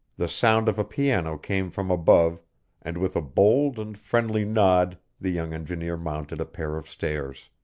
the sound of a piano came from above and with a bold and friendly nod the young engineer mounted a pair of stairs.